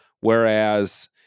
Whereas